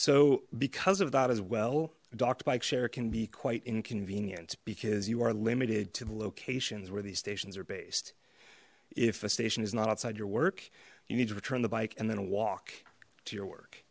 so because of that as well doctor bike share can be quite inconvenient because you are limited to the locations where these stations are based if a station is not outside your work you need to return the bike and then walk to your work